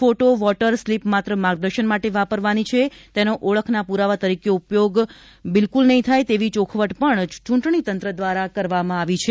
photo voter slip માત્ર માર્ગદર્સન માટે વાપરવાની છે તેનો ઓળખના પુરાવા તરીકે ઉપયોગ હરગીજ નહિં થઇ શકે તેવી ચોખવટ ચૂંટણીતંત્ર દ્વારા કરવામાં આવી છે